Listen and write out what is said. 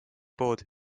pood